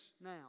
now